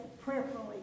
prayerfully